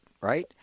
Right